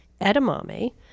edamame